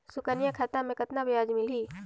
सुकन्या खाता मे कतना ब्याज मिलही?